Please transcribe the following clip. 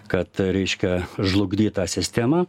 kad reiškia žlugdyt tą sistemą